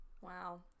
Wow